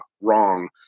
wrong